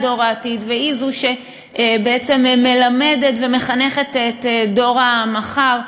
דור העתיד והם שמלמדים ומחנכים את דור המחר,